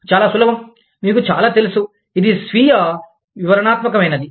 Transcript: చాలా సులభం మీకు చాలా తెలుసు ఇది స్వీయ వివరణాత్మకమైనది